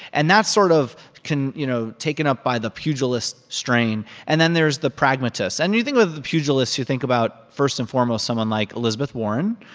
and that sort of can you know, taken up by the pugilist strain and then there's the pragmatists. and you think with the pugilists you think about, first and foremost, someone like elizabeth warren,